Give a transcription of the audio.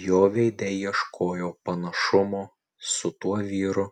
jo veide ieškojau panašumo su tuo vyru